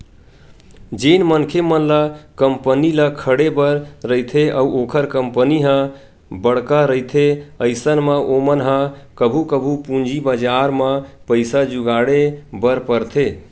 जेन मनखे मन ल कंपनी ल खड़े बर रहिथे अउ ओखर कंपनी ह बड़का रहिथे अइसन म ओमन ह कभू कभू पूंजी बजार म पइसा जुगाड़े बर परथे